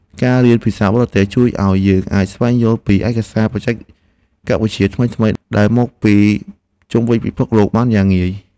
ការរៀនភាសាបរទេសជួយឱ្យយើងអាចស្វែងយល់ពីឯកសារបច្ចេកវិទ្យាថ្មីៗដែលមកពីជុំវិញពិភពលោកបានយ៉ាងងាយ។